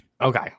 Okay